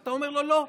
אתה אומר לו: לא,